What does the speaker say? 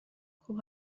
خوب